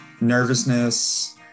nervousness